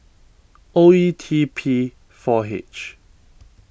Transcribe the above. O E T P four H